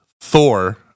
Thor